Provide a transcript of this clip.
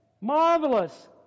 Marvelous